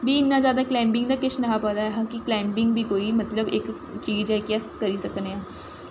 में इन्ना जैदा कलाईंबिंग जा किश नेंई पता हा कि कलाईंबिंग बी कोई इक मतलब चीज ऐ जेह्की अस करी सकने आं